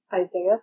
Isaiah